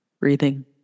breathing